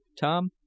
Tom